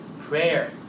prayer